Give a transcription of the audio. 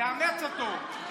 תאמץ אותו.